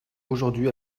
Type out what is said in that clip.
aujourd’hui